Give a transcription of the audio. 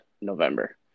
november